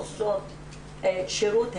עושות שירות,